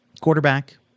Quarterback